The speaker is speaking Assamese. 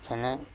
যেনে